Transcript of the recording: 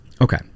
Okay